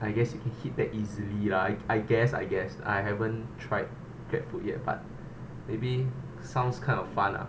I guess you can hit that easily lah I guess I guess I haven't tried grab food yet but maybe sounds kind of fun lah